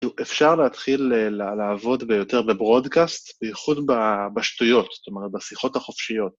-ו, אפשר להתחיל, אה, ל-לעבוד ביותר בברודקאסט, בייחוד ב...בשטויות, זאת אומרת, בשיחות החופשיות.